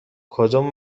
کدوم